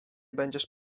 będziesz